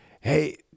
Hey